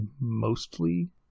mostly